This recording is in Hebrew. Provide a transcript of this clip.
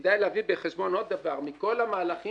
כדאי להביא בחשבון עוד דבר: מכל המהלכים